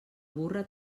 burra